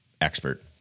Expert